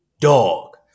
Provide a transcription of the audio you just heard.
dog